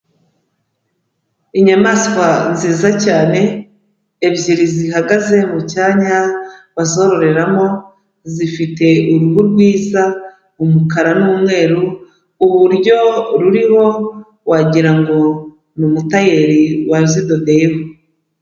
Inyamaswa nziza cyane ebyiri zihagaze mu cyanya bazororeramo, zifite uruhu rwiza, umukara n'umweru, uburyo ruriho wagira ngo ni umutayeri wazidodeyeho.